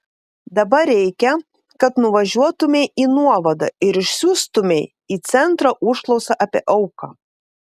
dabar reikia kad nuvažiuotumei į nuovadą ir išsiųstumei į centrą užklausą apie auką